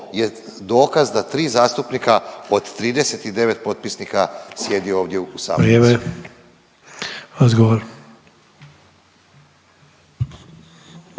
je dokaz da 3 zastupnika od 39 potpisnika sjedi ovdje u sabornici.